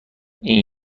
این